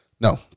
No